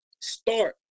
start